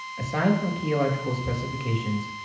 aside from key electrical specifications,